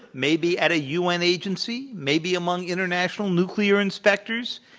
maybe at a u. n. agency, maybe among international nuclear inspectors,